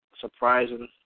surprising